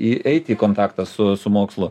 įeiti į kontaktą su su mokslu